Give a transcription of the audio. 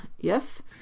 Yes